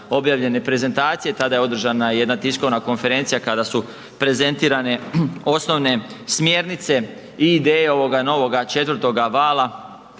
objavljene prezentacija, tada je održana jedna tiskovna konferencija kada su prezentirane osnovne smjernice i ideje ovoga novoga 4. vala